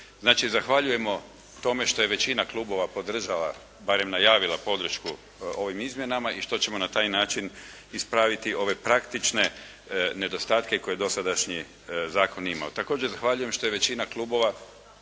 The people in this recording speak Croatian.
Znači zahvaljujemo tome što je većina klubova podržala, barem najavila podršku ovim izmjenama i što ćemo na taj način ispraviti ove praktične nedostatke koje je dosadašnji zakon imao. Također zahvaljujem što je većina klubova